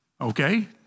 Okay